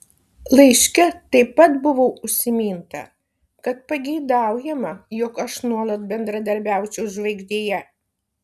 laiške taip pat buvo užsiminta kad pageidaujama jog aš nuolat bendradarbiaučiau žvaigždėje